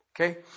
Okay